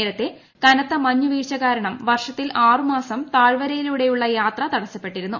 നേരത്തെ കനത്ത മഞ്ഞ് വീഴ്ച കാരണം വർഷത്തിൽ ആറ് മാസം താഴ്വരയിലൂടെയുള്ള യാത്ര തടസ്സപ്പെട്ടിരുന്നു